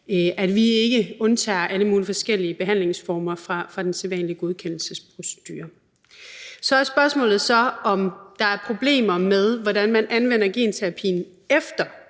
at vi ikke undtager alle mulige forskellige behandlingsformer fra den sædvanlige godkendelsesprocedure. Så er spørgsmålet, om der er problemer med, hvordan man anvender genterapien efter